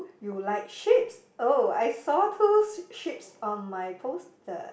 you like sheeps oh I saw two sheeps on my poster